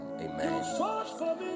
amen